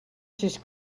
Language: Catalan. sis